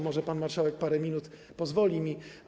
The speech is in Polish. Może pan marszałek parę minut pozwoli mi.